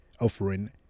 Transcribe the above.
offering